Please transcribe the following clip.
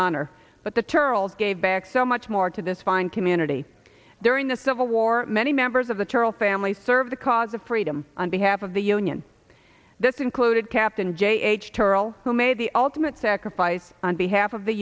honor but the turl gave back so much more to this fine community during the civil war many members of the charles family serve the cause of freedom on behalf of the union this included captain j h toral who made the ultimate sacrifice on behalf of the